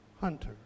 Hunter